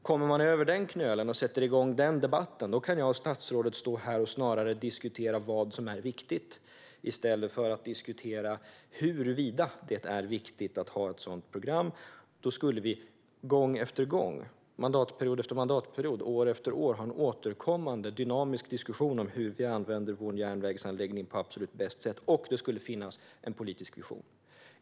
Kommer man över den knölen och sätter igång den debatten, då kan jag och statsrådet stå här och diskutera vad som är viktigt i stället för att diskutera huruvida det är viktigt att ha ett sådant program. Då skulle vi gång på gång, mandatperiod efter mandatperiod, år efter år ha en återkommande dynamisk diskussion om hur man använder vår järnvägsanläggning på det absolut bästa sättet. Då skulle det också finnas en politisk vision.